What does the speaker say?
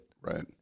Right